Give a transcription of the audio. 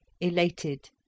elated